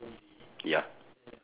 ya